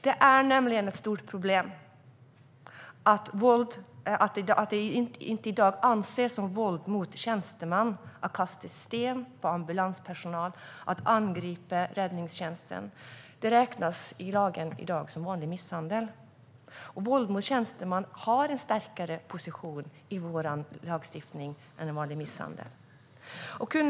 Det är nämligen ett stort problem att det i dag inte anses som våld mot tjänsteman att kasta sten på ambulanspersonal och att angripa räddningstjänsten. Det räknas i dag enligt lagen som vanlig misshandel. Våld mot tjänsteman har en starkare position i vår lagstiftning än en vanlig misshandel.